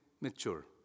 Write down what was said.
mature